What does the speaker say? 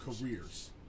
careers